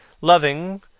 loving